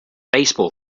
baseball